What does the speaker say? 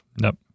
Nope